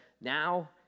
now